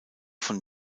von